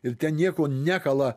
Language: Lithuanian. ir ten nieko nekala